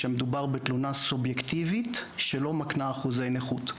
שמדובר בתלונה סובייקטיבית שלא מקנה אחוזי נכות,